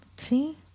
see